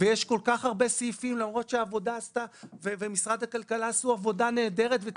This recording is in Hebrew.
ויש כל כך הרבה סעיפים למרות שהעבודה ומשרד הכלכלה עשו עבודה נהדרת.